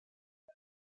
but